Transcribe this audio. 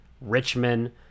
Richmond